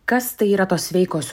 kas tai yra tos sveikos